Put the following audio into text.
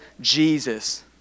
Jesus